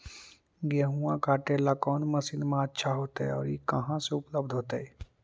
गेहुआ काटेला कौन मशीनमा अच्छा होतई और ई कहा से उपल्ब्ध होतई?